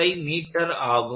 5 m ஆகும்